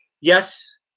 Yes